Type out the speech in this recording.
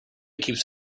keeps